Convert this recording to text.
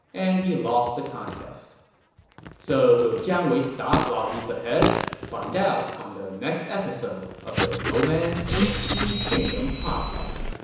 and he lost the contest so will jiang wei stop while he's ahead? find out on the next episode of the romance of the three kingdoms podcast.